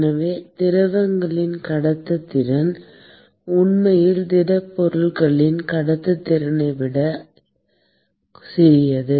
எனவே திரவங்களின் கடத்துத்திறன் உண்மையில் திடப்பொருட்களின் கடத்துத்திறனை விட சிறியது